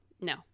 no